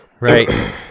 Right